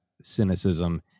cynicism